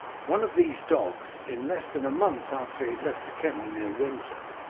one of these dogs, in less than a month after he had left the kennel near windsor,